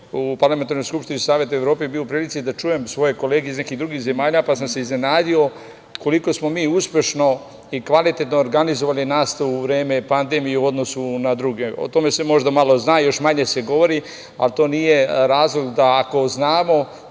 u Parlamentarnoj skupštini SE i bio u prilici da čujem svoje kolege iz nekih drugih zemalja, pa sam se iznenadio koliko smo mi uspešno i kvalitetno organizovali nastavu u vreme pandemije u odnosu na druge. O tome se možda malo zna, a još manje se govori, ali to nije razlog da ako znamo